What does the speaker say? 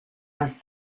was